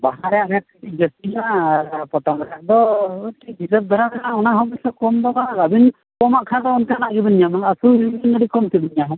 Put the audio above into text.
ᱵᱟᱦᱟ ᱨᱮᱱᱟᱜ ᱨᱮᱹᱴ ᱠᱟᱹᱴᱤᱡ ᱡᱟᱹᱥᱛᱤ ᱧᱚᱜᱚᱜᱼᱟ ᱟᱨ ᱯᱚᱴᱚᱢ ᱨᱮᱭᱟᱜ ᱫᱚ ᱠᱟᱹᱴᱤᱡ ᱡᱩᱫᱟᱹ ᱫᱷᱟᱨᱟ ᱧᱚᱜᱼᱟ ᱚᱱᱟ ᱦᱚᱸ ᱢᱚᱛᱚᱞᱚᱵᱽ ᱠᱟᱹᱴᱤᱡ ᱠᱚᱢ ᱧᱚᱜᱼᱟ ᱵᱟᱹᱞᱤᱧ ᱠᱚᱢᱟᱜ ᱠᱷᱟᱱ ᱫᱚ ᱚᱱᱠᱟᱱᱟᱜ ᱜᱮᱵᱤᱱ ᱧᱟᱢᱟ ᱟᱹᱰᱤ ᱠᱚᱢ ᱛᱮᱵᱤᱱ ᱧᱟᱢᱟ